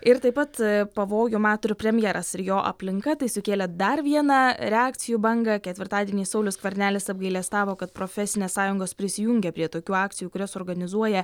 ir taip pat pavojų mato ir premjeras ir jo aplinka tai sukėlė dar vieną reakcijų bangą ketvirtadienį saulius skvernelis apgailestavo kad profesinės sąjungos prisijungia prie tokių akcijų kurias organizuoja